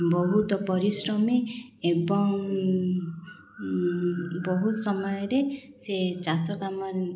ବହୁତ ପରିଶ୍ରମୀ ଏବଂ ବହୁତ ସମୟରେ ସେ ଚାଷ କାମ